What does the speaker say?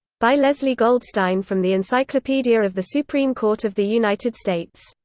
by leslie goldstein from the encyclopedia of the supreme court of the united states,